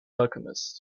alchemist